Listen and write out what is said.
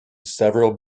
several